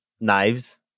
knives